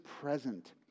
present